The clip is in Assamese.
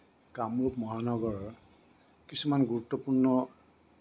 কামৰূপ মহানগৰৰ কিছুমান গুৰুত্বপূৰ্ণ